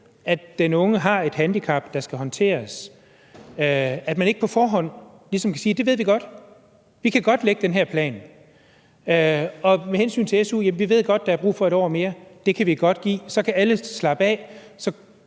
at den unge har et handicap, der skal håndteres, så ikke på forhånd ligesom kan sige, at det ved vi godt, at vi godt kan lægge den her plan, og at vi med hensyn til su godt ved, at der er brug for 1 år mere, og godt kan give det. Så kan alle slappe af,